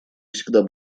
всегда